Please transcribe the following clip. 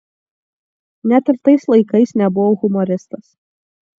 net ir tais laikais nebuvau humoristas